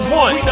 one